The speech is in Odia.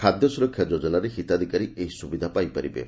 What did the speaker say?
ଖାଦ୍ୟ ସୂରକ୍ଷା ଯୋଜନାରେ ହିତାଧିକାରୀ ଏହି ସୁବିଧା ପାଇପାରିବେ